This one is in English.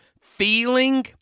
feeling